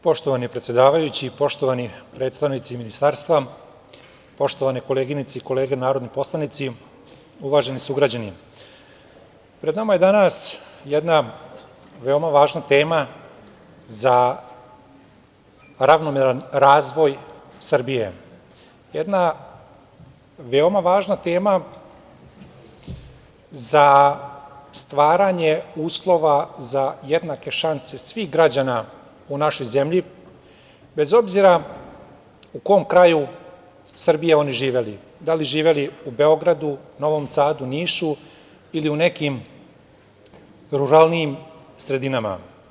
Poštovani predsedavajući, poštovani predstavnici Ministarstva, poštovane koleginice i kolege narodni poslanici, uvaženi sugrađani, pred nama je danas jedna veoma važna tema za ravnomeran razvoj Srbije, jedna veoma važna tema za stvaranje uslova za jednake šanse svih građana u našoj zemlji, bez obzira u kom kraju Srbije oni živeli, da li živeli u Beogradu, Novom Sadu, Nišu ili u nekim ruralnijim sredinama.